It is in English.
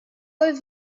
have